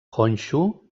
honshu